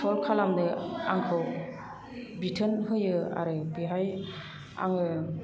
solve खालामनो आंखौ बिथोन होयो आरो बेहाय आङो